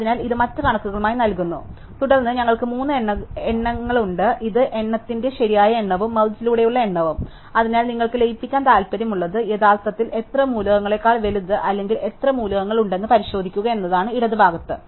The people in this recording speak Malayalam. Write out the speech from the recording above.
അതിനാൽ ഇത് മറ്റ് കണക്കുകളായി നൽകുന്നു തുടർന്ന് ഞങ്ങൾക്ക് മൂന്ന് എണ്ണങ്ങളുണ്ട് ഇടത് എണ്ണത്തിന്റെ ശരിയായ എണ്ണവും മെർജ് ലൂടെയുള്ള എണ്ണവും അതിനാൽ നിങ്ങൾക്ക് ലയിപ്പിക്കാൻ താൽപ്പര്യമുള്ളത് യഥാർത്ഥത്തിൽ എത്ര മൂലകങ്ങളേക്കാൾ വലത് അല്ലെങ്കിൽ എത്ര മൂലകങ്ങൾ ഉണ്ടെന്ന് പരിശോധിക്കുക എന്നതാണ് ഇടത് ഭാഗത്ത്